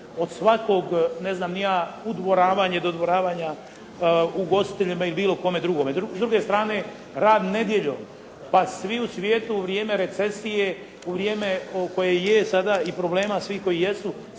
od svakog, ne znam ni ja, udvoravanje, dodvoravanja ugostiteljima ili bilo kome drugome. S druge strane rade nedjeljom, pa svi u svijetu u vrijeme recesije, u vrijeme koje je sada i problema svih koji jesu